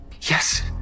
Yes